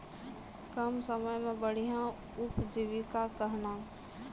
कम समय मे बढ़िया उपजीविका कहना?